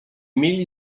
mieli